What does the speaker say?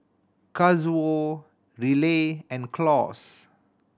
Kazuo Riley and Claus